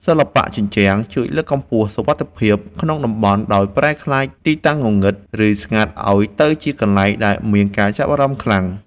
សិល្បៈជញ្ជាំងជួយលើកកម្ពស់សុវត្ថិភាពក្នុងតំបន់ ដោយប្រែក្លាយទីតាំងងងឹត ឬស្ងាត់ឱ្យទៅជាកន្លែងដែលមានការចាប់អារម្មណ៍ខ្លាំង។